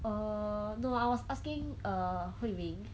err no I was asking err hui min